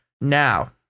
Now